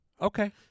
okay